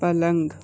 पलंग